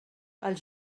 els